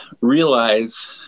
realize